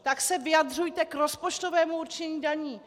Tak se vyjadřujte k rozpočtovému určení daní!